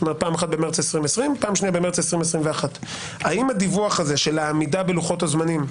פעם אחת במרץ 2020 ופעם שנייה במרץ 2021. האם הדיווח הזה של העמידה בלוחות הזמנים,